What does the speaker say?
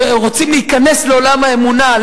רוצים להיכנס לעולם האמונה,